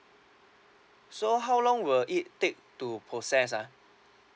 so how long will it take to process ah